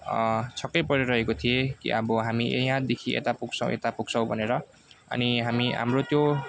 छक्कै परिरहेको थिएँ कि अब हामी यहाँदेखि यता पुग्छौँ यता पुग्छौँ भनेर अनि हामी हाम्रो त्यो